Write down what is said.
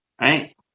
right